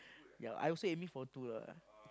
ya I also aiming for two lah